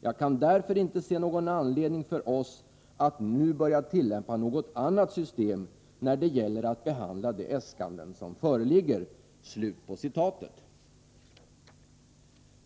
Jag kan därför inte se någon anledning för oss att nu börja tillämpa något annat system när det gäller att behandla de äskanden som föreligger.”